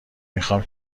میخوام